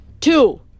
Two